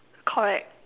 correct